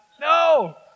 No